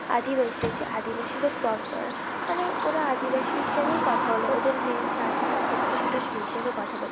আদিবাসী আছে আদিবাসীরা প্রপার মানে ওরা আদিবাসী হিসাবেই কথা বলে ওদের মেন যে আদিবাসী ভাষাটা সেই হিসাবে কথা বলে